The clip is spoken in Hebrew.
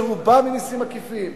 שרובן ממסים עקיפים.